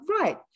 right